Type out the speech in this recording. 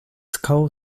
skull